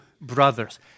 brothers